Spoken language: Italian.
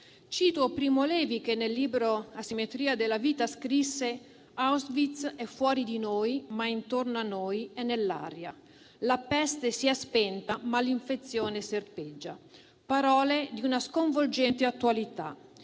Cito Primo Levi, che nel libro «L'asimmetria e la vita» scrisse: «Auschwitz è fuori di noi, ma è intorno a noi, è nell'aria. La peste si è spenta, ma l'infezione serpeggia», parole di una sconvolgente attualità.